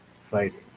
fighting